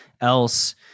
else